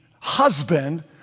husband